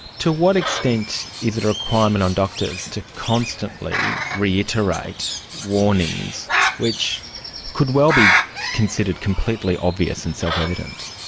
to what extent is it a requirement on doctors to constantly reiterate warnings which could well be considered completely obvious and self-evident?